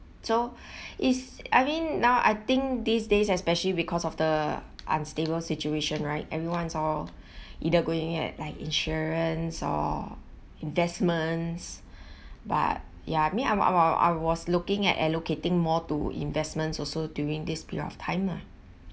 so is I mean now I think these days especially because of the unstable situation right everyone's all either going at like insurance or investments but ya me I'm I'm I was looking at allocating more to investments also during this period of time lah